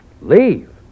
Leave